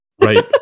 Right